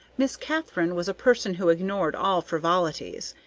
miss katharine was a person who ignored all frivolities,